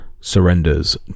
surrenders